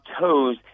toes